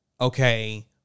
Okay